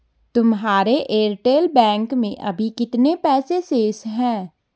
तुम्हारे एयरटेल बैंक में अभी कितने पैसे शेष हैं?